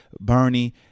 Bernie